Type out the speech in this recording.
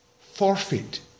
forfeit